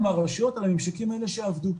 מצוין.